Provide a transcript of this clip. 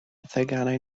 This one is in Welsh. theganau